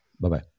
Bye-bye